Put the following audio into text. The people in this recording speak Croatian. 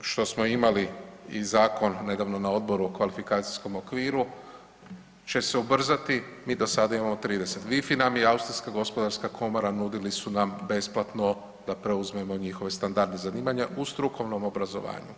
što smo imali i zakon nedavno na odboru o kvalifikacijskom okviru će se ubrzati, mi do sada imamo 30, WIFI nam i Austrija gospodarska komora nudili su nam besplatno da preuzmemo njihove standarde zanimanja u strukovnom obrazovanju.